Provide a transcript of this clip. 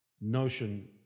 notion